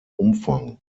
umfang